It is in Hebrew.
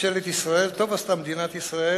ממשלת ישראל, טוב עשתה מדינת ישראל